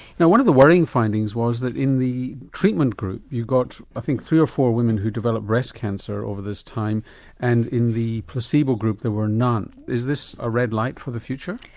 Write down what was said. now one of the worrying findings was that in the treatment group you've got i think three or four women who developed breast cancer over this time and in the placebo group there were none. is this a red light for the future?